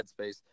headspace